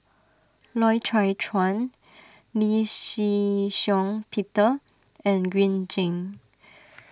Loy Chye Chuan Lee Shih Shiong Peter and Green Zeng